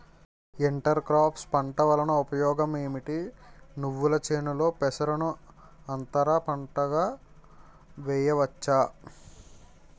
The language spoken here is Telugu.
ఇంటర్ క్రోఫ్స్ పంట వలన ఉపయోగం ఏమిటి? నువ్వుల చేనులో పెసరను అంతర పంటగా వేయవచ్చా?